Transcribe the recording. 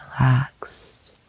relaxed